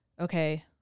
okay